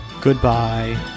Goodbye